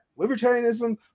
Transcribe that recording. Libertarianism